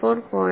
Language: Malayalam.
2 0